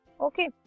Okay